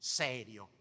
serio